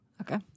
Okay